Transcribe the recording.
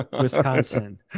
Wisconsin